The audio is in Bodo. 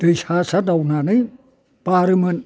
दै सा सा दावनानै बारोमोन